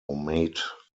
made